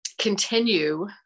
continue